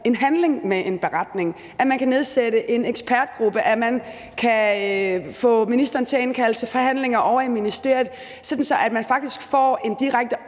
en minister en handling, at man kan nedsætte en ekspertgruppe, at man kan få ministeren til at indkalde til forhandlinger ovre i ministeriet, sådan at man faktisk får en direkte